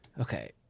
Okay